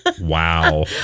Wow